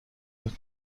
بود